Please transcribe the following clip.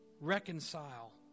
reconcile